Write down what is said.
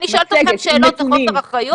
אני שואלת אתכם שאלות, זה חוסר אחריות?